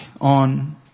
on